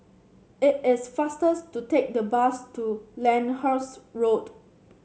it is faster to take the bus to Lyndhurst Road